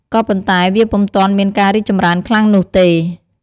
ក៏ប៉ុន្តែវាពុំទាន់មានការរីកចម្រើនខ្លាំងនោះទេ។